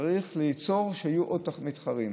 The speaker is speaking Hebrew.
צריך שיהיו עוד מתחרים.